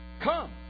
Come